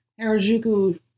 Harajuku